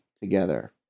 together